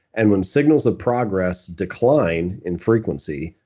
and when signals of progress decline in frequency,